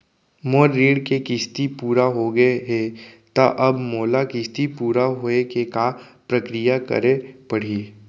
मोर ऋण के किस्ती पूरा होगे हे ता अब मोला किस्ती पूरा होए के का प्रक्रिया करे पड़ही?